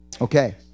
Okay